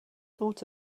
thought